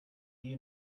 you